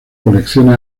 colecciones